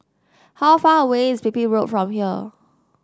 how far away is Pipit Road from here